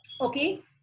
Okay